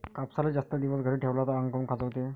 कापसाले जास्त दिवस घरी ठेवला त आंग काऊन खाजवते?